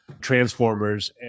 transformers